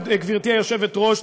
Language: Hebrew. גברתי היושבת-ראש,